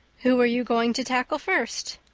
who are you going to tackle first?